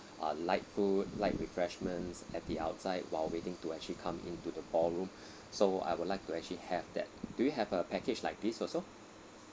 uh light food light refreshments at the outside while waiting to actually come in to the ballroom so I would like to actually have that do you have a package like this also